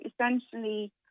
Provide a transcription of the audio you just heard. essentially